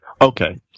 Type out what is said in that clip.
Okay